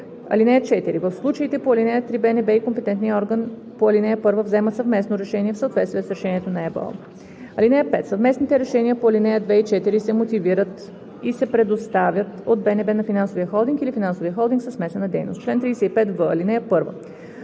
ЕБО. (4) В случаите по ал. 3 БНБ и компетентният орган по ал. 1 вземат съвместно решение в съответствие с решението на ЕБО. (5) Съвместните решения по ал. 2 и 4 се мотивират и се предоставят от БНБ на финансовия холдинг или финансовия холдинг със смесена дейност. Чл. 35в.